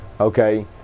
okay